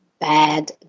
bad